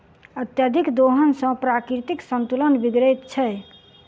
अत्यधिक दोहन सॅ प्राकृतिक संतुलन बिगड़ैत छै